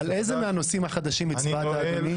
על איזה מהנושאים החדשים הצבעת, אדוני?